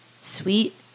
sweet